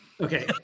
Okay